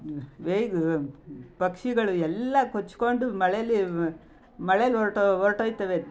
ವೇಗ ಪಕ್ಷಿಗಳು ಎಲ್ಲ ಕೊಚ್ಚಿಕೊಂಡು ಮಳೇಲಿ ಮಳೇಲಿ ಹೊರ್ಟೋ ಹೊರ್ಟೋಗ್ತವೆ